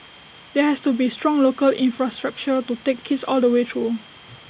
there has to be A strong local infrastructure to take kids all the way through